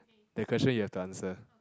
the question you have to answer